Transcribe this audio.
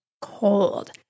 cold